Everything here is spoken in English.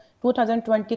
2020